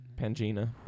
Pangina